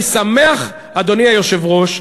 אני שמח, אדוני היושב-ראש,